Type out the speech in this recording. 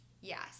Yes